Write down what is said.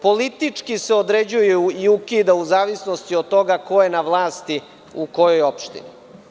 Politički se određuje i ukida u zavisnosti od toga ko je na vlasti u kojoj opštini.